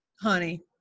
honey